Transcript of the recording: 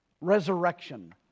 resurrection